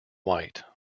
white